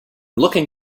looking